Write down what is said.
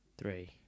three